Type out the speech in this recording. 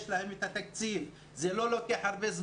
יש להם תקציב וזה לא לוקח זמן רב.